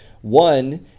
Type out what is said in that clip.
One